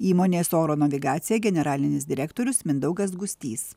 įmonės oro navigacija generalinis direktorius mindaugas gustys